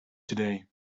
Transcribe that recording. today